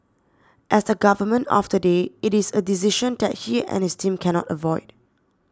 as the Government of the day it is a decision that he and his team cannot avoid